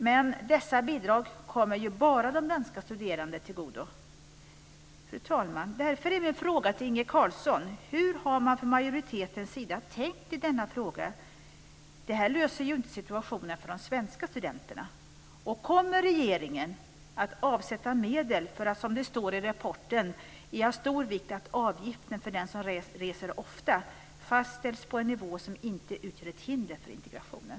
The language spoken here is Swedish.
Men dessa bidrag kommer ju bara de danska studerande till godo. Fru talman! Därför är mina frågor till Inge Carlsson: Hur har man från majoritetens sida tänkt i denna fråga? Detta löser ju inte situationen för de svenska studenterna. Kommer regeringen att avsätta medel för att, som det står i rapporten, det är av stor vikt att avgiften för den som reser ofta fastställs på en nivå som inte utgör ett hinder för integrationen?